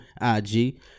IG